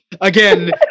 Again